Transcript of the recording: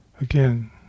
Again